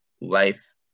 life